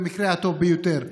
במקרה הטוב ביותר.